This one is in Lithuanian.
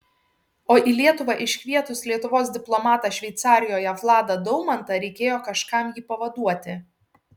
o į lietuvą iškvietus lietuvos diplomatą šveicarijoje vladą daumantą reikėjo kažkam jį pavaduoti